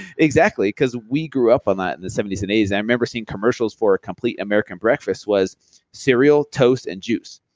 exactly, because we grew up on that in the seventy s and eighty s. i remember seeing commercials for a complete american breakfast was cereal, toast and juice.